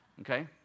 Okay